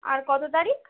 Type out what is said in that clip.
আর কত তারিখ